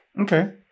Okay